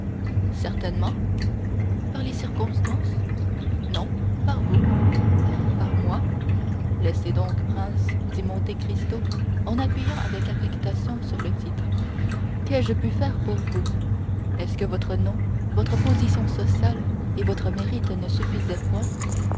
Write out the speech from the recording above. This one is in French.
certainement par les circonstances non par vous par moi laissez donc prince dit monte cristo en appuyant avec affectation sur le titre qu'ai-je pu faire pour vous est-ce que votre nom votre position sociale et votre mérite ne suffisaient point